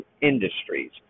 industries